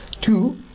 Two